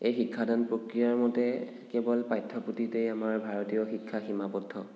এই শিক্ষাদান প্ৰক্ৰিয়াৰ মতে কেৱল পাঠ্যপুথিতেই আমাৰ ভাৰতীয় শিক্ষা সীমাবদ্ধ